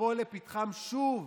תבוא לפתחם שוב